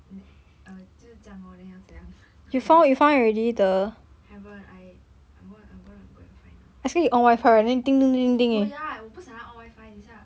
mm 哦就这样 lor then 要怎样 haven't I I'm going to I'm going to find now oh ya 我不想要用 WI_FI 等一下